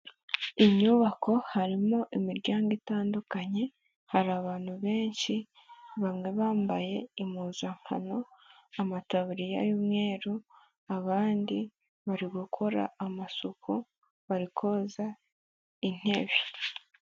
Inyubako harimo imiryango itandukanye, hari abantu benshi bamwe bambaye impuzankano amatabuririya y'umweru, abandi bari gukora amasuku bari koza intebe.